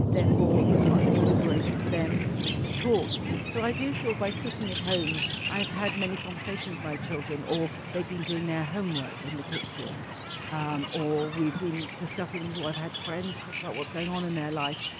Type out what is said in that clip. therefore, it's much more liberating for them to talk. so, i do feel by cooking at home i've had many conversations with my children or they've been doing their homework in the kitchen um or we've been discussing things. i've had friends talk about what's going on in their life.